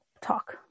talk